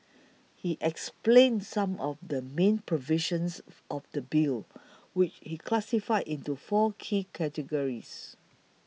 he explained some of the main provisions of the Bill which he classified into four key categories